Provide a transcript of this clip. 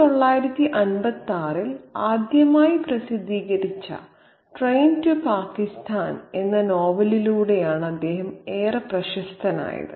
1956 ൽ ആദ്യമായി പ്രസിദ്ധീകരിച്ച ട്രെയിൻ ടു പാകിസ്ഥാൻ എന്ന നോവലിലൂടെയാണ് അദ്ദേഹം ഏറെ പ്രശസ്തനായത്